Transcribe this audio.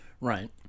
Right